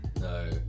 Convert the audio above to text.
No